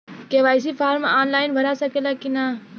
KYC form online भरा सकला की ना?